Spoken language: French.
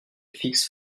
fixe